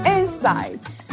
insights